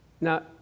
Now